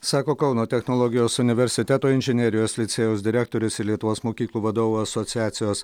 sako kauno technologijos universiteto inžinerijos licėjaus direktorius ir lietuvos mokyklų vadovų asociacijos